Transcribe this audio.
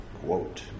quote